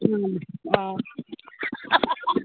आ